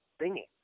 singing